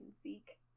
seek